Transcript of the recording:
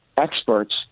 experts